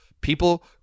People